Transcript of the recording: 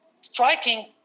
striking